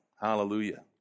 Hallelujah